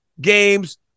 games